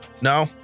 no